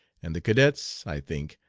and the cadets, i think,